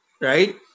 right